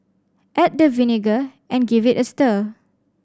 add the vinegar and give it a stir